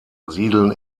siedeln